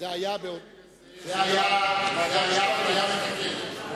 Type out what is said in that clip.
זאת היתה אפליה מתקנת.